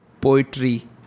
Poetry